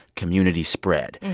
community spread,